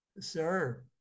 Sir